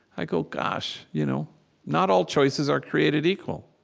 i go, gosh, you know not all choices are created equal,